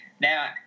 Now